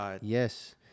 Yes